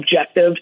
objective